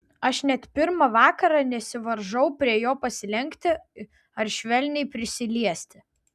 aš net pirmą vakarą nesivaržau prie jo pasilenkti ar švelniai prisiliesti